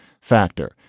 factor